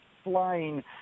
flying